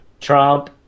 trump